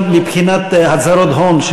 גם מבחינת הצהרות הון,